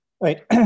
Right